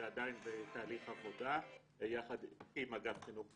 זה עדיין בתהליך עבודה יחד עם אגף חינוך מיוחד,